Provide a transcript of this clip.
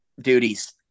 duties